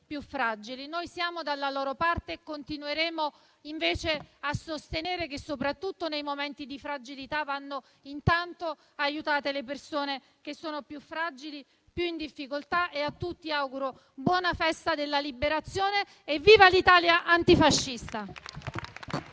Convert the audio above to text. più fragili. Noi siamo dalla loro parte e continueremo invece a sostenere che, soprattutto nei momenti di fragilità, vanno intanto aiutate le persone più fragili, più in difficoltà e a tutti auguro buona festa della Liberazione e viva l'Italia antifascista.